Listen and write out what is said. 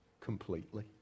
completely